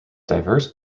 diverse